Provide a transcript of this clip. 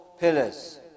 pillars